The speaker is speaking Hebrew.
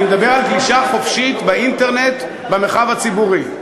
אני מדבר על גלישה חופשית באינטרנט במרחב הציבורי.